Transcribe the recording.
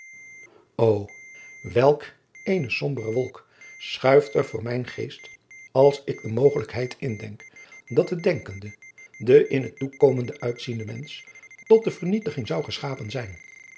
o welk eene sombere wolk schuift er voor mijn geest als ik de mogelijkheid indenk dat de denkende de in het toekomende uitziende mensch tot de vernietiging zou geschapen zijn